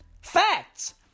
Facts